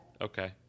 Okay